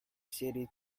city